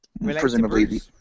Presumably